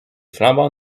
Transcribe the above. flambant